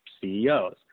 CEOs